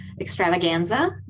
extravaganza